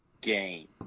game